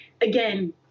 again